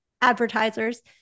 advertisers